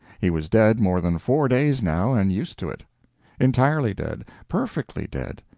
he was dead more than four days now and used to it entirely dead, perfectly dead,